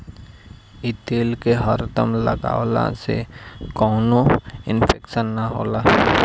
इ तेल के हरदम लगवला से कवनो इन्फेक्शन ना होला